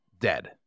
dead